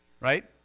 Right